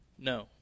No